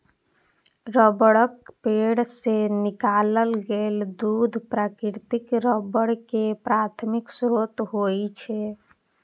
रबड़क पेड़ सं निकालल गेल दूध प्राकृतिक रबड़ के प्राथमिक स्रोत होइ छै